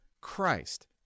Christ